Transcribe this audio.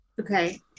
Okay